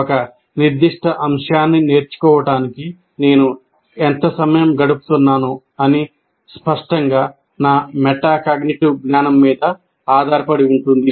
ఒక నిర్దిష్ట అంశాన్ని నేర్చుకోవడానికి నేను ఎంత సమయం గడుపుతున్నానో అది స్పష్టంగా నా మెటాకాగ్నిటివ్ జ్ఞానం మీద ఆధారపడి ఉంటుంది